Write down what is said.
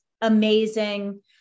amazing